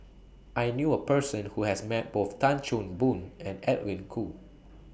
I knew A Person Who has Met Both Tan Chan Boon and Edwin Koo